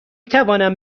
توانم